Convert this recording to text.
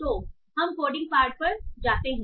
तो हम coding part पर जाते हैं